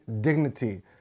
dignity